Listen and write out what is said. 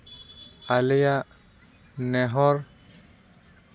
ᱟᱞᱮᱭᱟᱜ ᱱᱮᱦᱚᱸᱨ